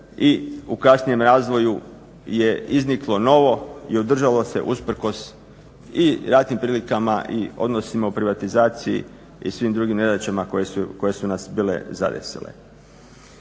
i u kasnijem razvoju je izniklo novo i održalo se usprkos i ratnim prilikama i odnosima u privatizaciji i svim drugim nedaćama koje su nas bile zadesile.